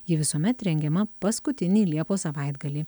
ji visuomet rengiama paskutinį liepos savaitgalį